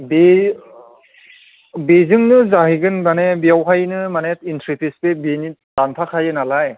दे बेजोंनो जाहैगोन माने बेवहायनो माने एन्ट्रि फिस बे बिनि दानफाखायो नालाय